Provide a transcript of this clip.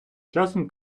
часом